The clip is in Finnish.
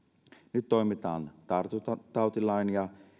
nyt toimitaan tartuntatautilain ja